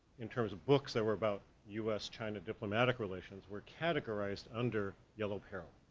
in terms of books that were about us-china diplomatic relations were categorized under yellow peril.